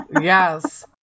Yes